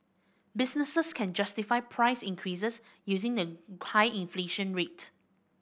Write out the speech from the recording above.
businesses can justify price increases using the high inflation rate